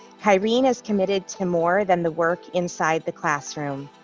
kyrene is committed to more than the work inside the classroom.